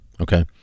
Okay